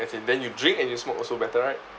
as in then you drink and you smoke also better right